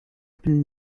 been